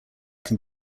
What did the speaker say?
can